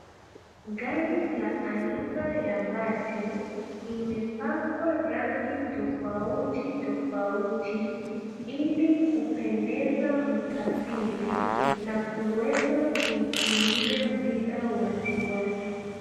Gari la aina ya basi imepakwa rangi tofauti tofauti ili kupendeza msafiri na kuweza kuitumia bila wasiwasi.